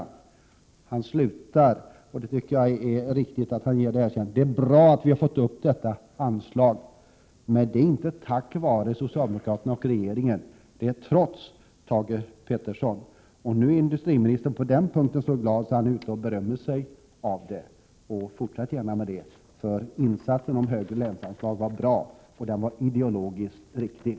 Industriministern avslutar med att säga, vilket jag tycker är ett riktigt erkännande, att det är bra att vi har höjt länsanslagen. Men detta har inte skett tack vare socialdemokraterna och regeringen, utan trots Thage Peterson. Industriministern är nu så glad över höjningen att han utåt berömmer sig av den. Fortsätt gärna med det, för höjningen av länsanslagen var bra och ideologiskt riktig.